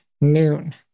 noon